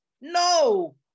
No